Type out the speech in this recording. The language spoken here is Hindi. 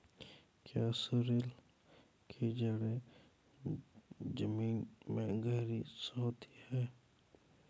क्या सोरेल की जड़ें जमीन में गहरी होती हैं?